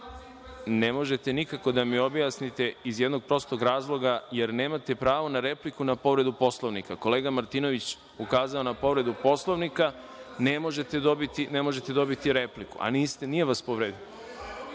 možete nikako da mi objasnite iz jednog prostog razloga, jer nemate pravo na repliku na povredu Poslovnika. Kolega Martinović je ukazao na povredu Poslovnika. Ne možete dobiti repliku, a nije vas povredio.(Nemanja